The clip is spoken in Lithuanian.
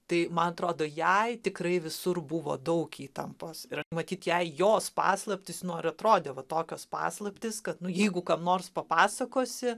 tai man atrodo jai tikrai visur buvo daug įtampos ir matyt jai jos paslaptys nu ir atrodė va tokios paslaptys kad nu jeigu kam nors papasakosi